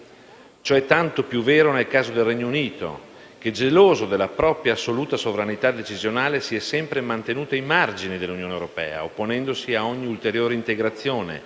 Ciò è tanto più vero nel caso del Regno Unito che, geloso della propria assoluta sovranità decisionale, si è sempre mantenuto ai margini dell'Unione europea, opponendosi a ogni ulteriore integrazione,